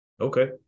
Okay